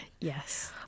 yes